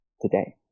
today